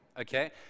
Okay